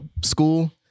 school